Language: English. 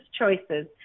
choices